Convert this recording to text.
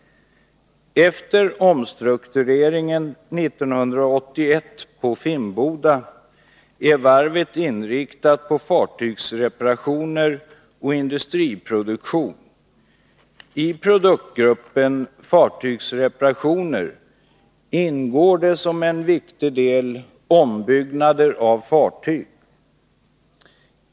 Efter omstruktureringen 1981 på Finnboda är varvet inriktat på fartygsreparationer och industriproduktion. I produktgruppen fartygsreparationer ingår som en viktig del ombyggnader av fartyg.